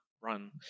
run